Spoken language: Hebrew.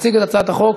תציג את הצעת החוק,